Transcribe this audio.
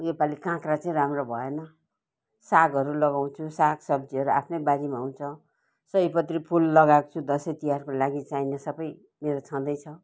यो पालि काँक्रा चै राम्रो भएन सागहरू लगाउँछु सागसब्जीहरू आफ्नै बारीमा हुन्छ सयपत्री फुल लगाएको छु दसैँ तिहारको लागि चाहिने सबै मेरो छँदैछ